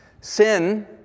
Sin